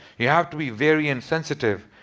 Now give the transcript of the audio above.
you have to be very insensitive.